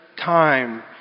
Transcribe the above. time